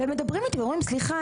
והם מדברים איתי ואומרים: "סליחה,